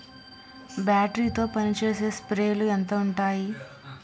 Battery తో పనిచేసే స్ప్రేలు ఎంత ఉంటాయి?